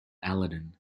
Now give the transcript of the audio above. aladdin